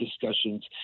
discussions